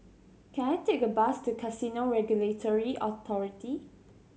can I take a bus to Casino Regulatory Authority